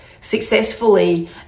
successfully